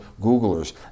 Googlers